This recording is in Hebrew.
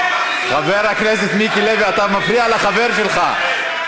חבר הכנסת מיקי לוי, אתה מפריע לחבר שלך.